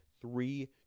three